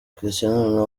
christiano